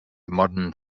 modern